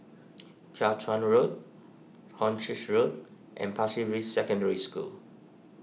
Jiak Chuan Road Hornchurch Road and Pasir Ris Secondary School